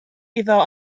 iddo